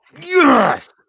Yes